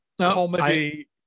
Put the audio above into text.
comedy